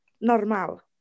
normal